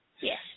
Yes